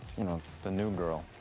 you know, the new girl.